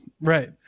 Right